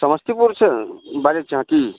समस्तीपुरसँ बाजैत छी अहाँ की